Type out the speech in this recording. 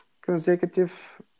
consecutive